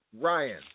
Ryan